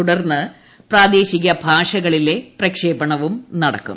തൂടർന്ന് പ്രാദേശിക ഭാഷകളിലെ പ്രക്ഷേപണവും നടക്കും